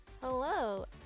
Hello